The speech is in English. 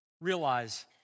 realize